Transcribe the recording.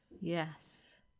yes